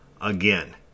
again